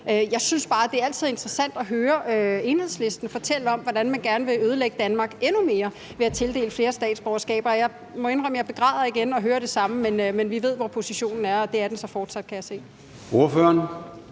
Jeg synes bare, at det altid er interessant at høre Enhedslisten fortælle om, hvordan man gerne vil ødelægge Danmark endnu mere ved at tildele flere statsborgerskaber. Jeg må indrømme, at jeg igen begræder at høre det samme, men vi ved, hvad positionen er, og den er så fortsat den samme, kan